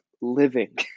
living